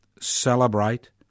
Celebrate